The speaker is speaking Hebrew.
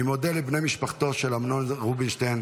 אני מודה לבני משפחתו של אמנון רובינשטיין,